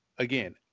Again